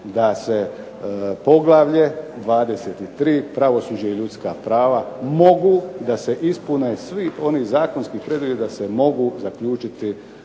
da se Poglavlje 23 – Pravosuđe i ljudska prava mogu da se ispune svi oni zakonski preduvjeti da se mogu zaključiti